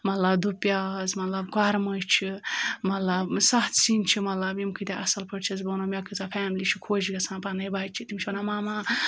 مطلب دُپیاز مطلب کوٚرمہٕ چھِ مطلب سَتھ سِنۍ چھِ مطلب یِم کۭتیٛاہ اَصٕل پٲٹھۍ چھٮ۪س بہٕ وَنان مےٚ کۭژاہ فیملی چھِ خۄش گژھان پَنٕںۍ بَچہِ تِم چھِ وَنان مَما